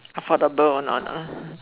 affordable on a